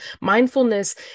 Mindfulness